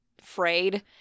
frayed